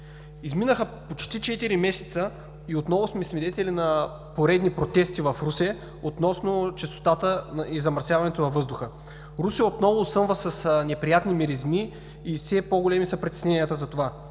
Изминаха почти четири месеца и отново сме свидетели на поредни протести в Русе относно чистотата и замърсяването на въздуха. Русе отново осъмва с неприятни миризми и все по-големи са притесненията затова.